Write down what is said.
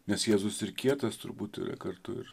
nes jėzus ir kietas turbūt yra kartu ir